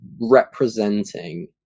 representing